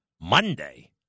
Monday